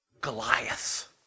Goliath